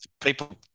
People